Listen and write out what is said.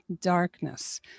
darkness